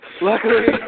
luckily